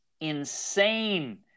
insane